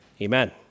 Amen